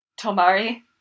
Tomari